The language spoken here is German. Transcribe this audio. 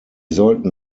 sollten